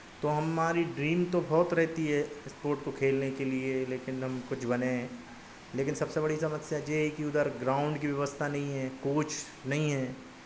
तो हमारी ड्रीम तो बहुत रहती है स्पाेर्ट को खेलने के लिए लेकिन हम कुछ बनें लेकिन सबसे बड़ी समस्या ये है कि उधर ग्राउन्ड की व्यवस्था नहीं है कोच नहीं हैं